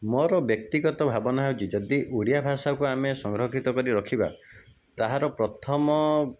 ମୋର ବ୍ୟକ୍ତିଗତ ଭାବନା ହେଉଛି ଯଦି ଓଡ଼ିଆଭାଷାକୁ ଆମେ ସଂରକ୍ଷିତ କରି ରଖିବା ତାହାର ପ୍ରଥମ